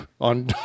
on